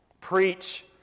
Preach